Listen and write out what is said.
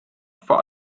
vor